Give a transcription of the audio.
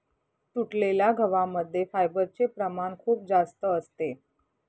तुटलेल्या गव्हा मध्ये फायबरचे प्रमाण खूप जास्त असते